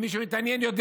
מי שמתעניין הרי יודע